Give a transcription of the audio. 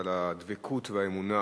באמת על הדבקות והאמונה